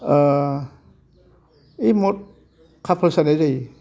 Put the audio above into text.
ओय मद खाफाल सानाय जायो